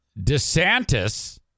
DeSantis